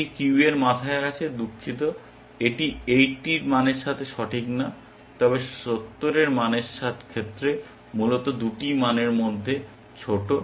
এটি কিউয়ের মাথায় আছে দুঃখিত এটি 80 এর মানের সাথে সঠিক নয় তবে 70 এর মানের ক্ষেত্রে মূলত 2টি মানের মধ্যে ছোট